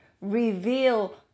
reveal